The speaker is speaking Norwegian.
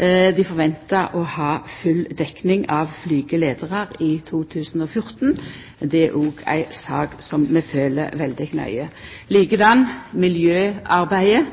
Dei forventar å ha full dekning av flygeleiarar i 2014. Det er òg ei sak som vi følgjer veldig nøye. Likeins er det med miljøarbeidet.